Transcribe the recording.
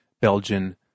belgian